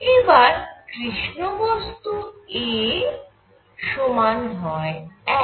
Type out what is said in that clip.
এবার কৃষ্ণ বস্তুর a সমান হয় 1